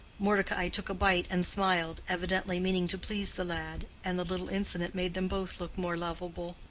mordecai took a bite and smiled, evidently meaning to please the lad, and the little incident made them both look more lovable.